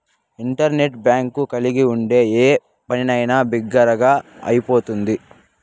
internet bank కలిగి ఉంటే ఏ పనైనా బిరిగ్గా అయిపోతుంది